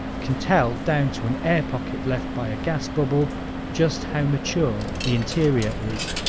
can tell down to an air pocket left by a gas bubble just how mature the interior is.